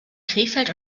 krefeld